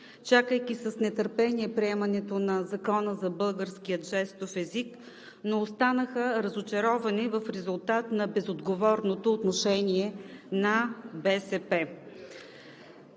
чакайки с нетърпение приемането на Законопроекта за българския жестов език, но останаха разочаровани в резултат на безотговорното отношение на БСП.